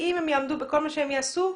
ואם הן יעמדו בכל מה שהן יעשו,